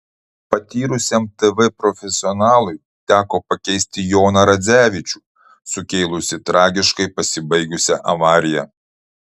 patyrusiam tv profesionalui teko pakeisti joną radzevičių sukėlusį tragiškai pasibaigusią avariją